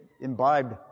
imbibed